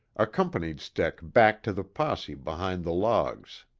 accompanied steck back to the posse behind the logs.